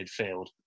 midfield